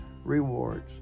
rewards